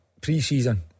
pre-season